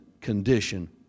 condition